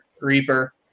Reaper